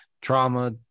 trauma